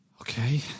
okay